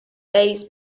days